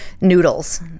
noodles